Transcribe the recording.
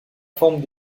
forme